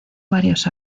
varios